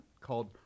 called